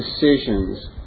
decisions